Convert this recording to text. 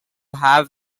have